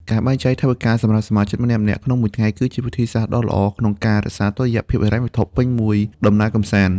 ការបែងចែកថវិកាសម្រាប់សមាជិកម្នាក់ៗក្នុងមួយថ្ងៃ គឺជាវិធីសាស្ត្រដ៏ល្អក្នុងការរក្សាតុល្យភាពហិរញ្ញវត្ថុពេញមួយដំណើរកម្សាន្ត។